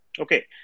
Okay